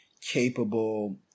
capable